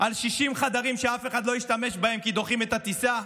על 60 חדרים שאף אחד לא השתמש בהם כי דוחים את הטיסה,